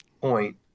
point